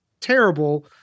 terrible